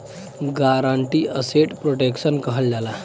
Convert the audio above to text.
guarantee asset protection कहल जाला